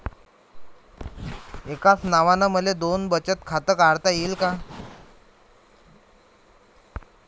एकाच नावानं मले दोन बचत खातं काढता येईन का?